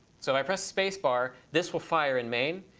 so i press spacebar, this will fire in main.